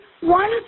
one